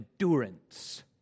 endurance